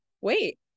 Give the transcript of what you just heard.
wait